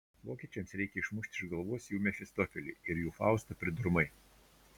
vokiečiams reikia išmušti iš galvos jų mefistofelį ir jų faustą pridurmai